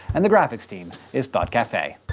and the graphics team is thought cafe.